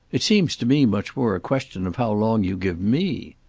it seems to me much more a question of how long you give me.